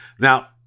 Now